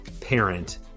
parent